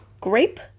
grape